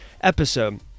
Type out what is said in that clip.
episode